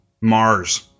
Mars